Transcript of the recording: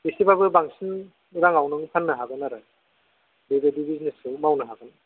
एसेबाबो बांसिन रांआव नों फाननो हागोन आरो बेबायदि बिजनेसखौ मावनो हागोन